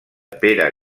pere